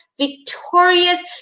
victorious